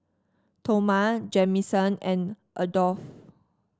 Toma Jamison and Adolph